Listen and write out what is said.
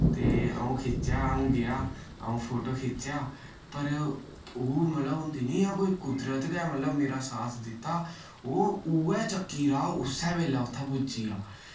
ते आऊं खिच्चेआ अऊं गेआ अऊं फोटो खिच्चेआ पर ओह् मतलब होंदी नि इय्यां कोई कुदरत गै मतलब मेरा साथ दित्ता ओह् उय्यै चक्कीराह् उस्सै वेल्लै उत्थै पुज्जी गेआ